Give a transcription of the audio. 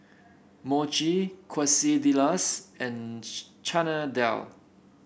Mochi Quesadillas and Chana Dal